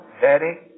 daddy